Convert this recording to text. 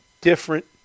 different